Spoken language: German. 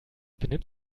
benimmt